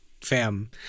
fam